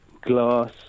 Glass